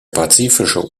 pazifische